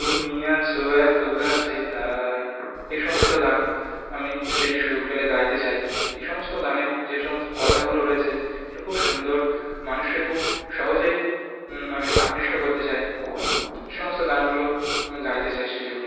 তুমি আছো এত কাছে তাই এই সমস্ত গান আমি স্টেজে সুযোগ পেলে গাইতে চাই এই সমস্ত গানের যে সমস্ত কথাগুলো রয়েছে সেগুলো খুব সুন্দর মানুষকে খুব সহজেই মানে আকৃষ্ট করতে চায় এ সমস্ত গানগুলো আমি গাইতে চাই স্টেজে উঠে